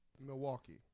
Milwaukee